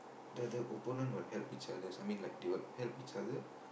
the the opponent will help each other I mean like they will help each other